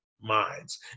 minds